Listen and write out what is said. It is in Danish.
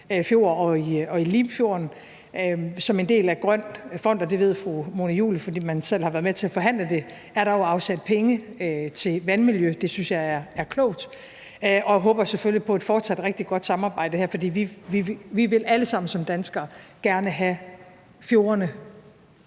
Fjord og i Limfjorden, og som en del af Grøn Fond, og det ved fru Mona Juul, fordi man selv har været med til at forhandle det, er der afsat penge til vandmiljø, og det synes jeg er klogt. Jeg håber selvfølgelig på et fortsat rigtig godt samarbejde her, for vi vil alle sammen som danskere gerne have, at fjordene